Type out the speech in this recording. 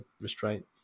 restraint